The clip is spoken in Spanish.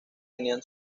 tenían